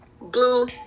blue